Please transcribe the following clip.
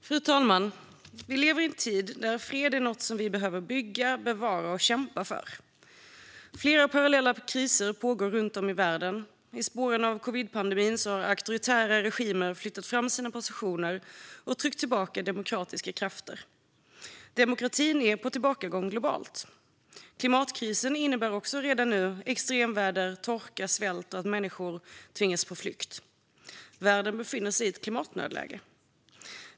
Fru talman! Vi lever i en tid när fred är något vi behöver bygga, bevara och kämpa för. Flera parallella kriser pågår runt om i världen. I spåren av covidpandemin har auktoritära regimer flyttat fram sina positioner och tryckt tillbaka demokratiska krafter. Demokratin är på tillbakagång globalt. Klimatkrisen innebär redan nu extremväder, torka och svält och att människor tvingas på flykt. Världen befinner sig i ett klimatnödläge.